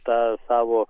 tą savo